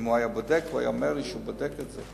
אם הוא היה בודק הוא היה אומר לי שהוא בודק את זה.